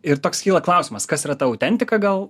ir toks kyla klausimas kas yra ta autentika gal